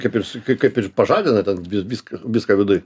kaip ir s kaip kaip ir pažadina ten visk viską viduj